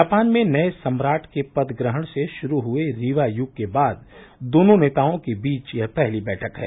Japan में नये सम्राट के पद ग्रहण से शुरू हुए रीवा युग के बाद दोनों नेताओं के बीच यह पहली बैठक है